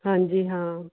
ਹਾਂਜੀ ਹਾਂ